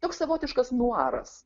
toks savotiškas nuaras